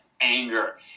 anger